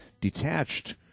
detached